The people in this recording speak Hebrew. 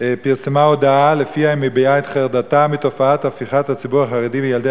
פרסמה הודעה שלפיה היא מביעה את חרדתה מתופעת הפיכת הציבור החרדי וילדי